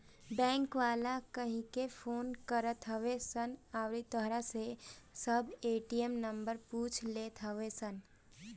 bank वाला कहिके phone करत हवे सन अउरी तोहरा से सब ए.टी.एम के नंबर पूछ लेत हवन सन